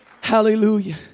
Hallelujah